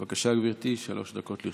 בבקשה, גברתי, שלוש דקות לרשותך.